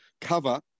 cover